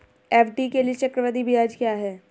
FD के लिए चक्रवृद्धि ब्याज क्या है?